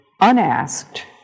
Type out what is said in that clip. unasked